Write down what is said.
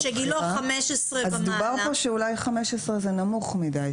--- שגילו 15 ומעלה --- דובר פה שאולי 15 זה נמוך מידי,